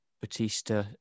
Batista